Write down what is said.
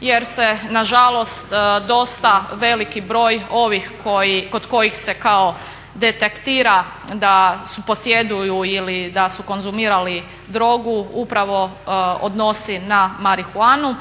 jer se na žalost dosta veliki broj ovih, kod kojih se kao detektira da posjeduju ili da su konzumirali drogu upravo odnosi na marihuanu.